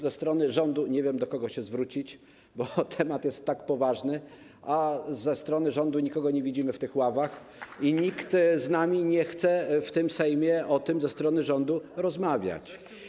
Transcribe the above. Ze strony rządu - nie wiem, do kogo się zwrócić, bo temat jest tak poważny - nikogo nie widzimy w tych ławach i nikt z nami nie chce w tym Sejmie o tym ze strony rządu rozmawiać.